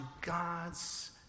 God's